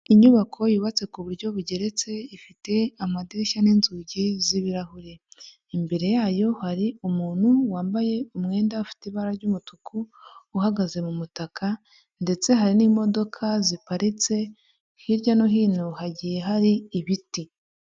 Inyubako yubatse ku buryo bugeretse ifite amadirishya n'inzugi z'ibirahure, imbere yayo hari umuntu wambaye umwenda ufite ibara ry'umutuku, uhagaze mu mutaka ndetse hari n'imodoka ziparitse, hirya no hino hagiye hari ibiti.